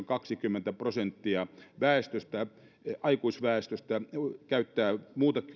kaksikymmentä prosenttia aikuisväestöstä käyttää